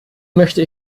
möchte